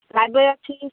Lifebuoy ଅଛି